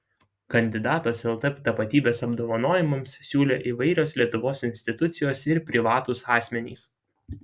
kandidatus lt tapatybės apdovanojimams siūlė įvairios lietuvos institucijos ir privatūs asmenys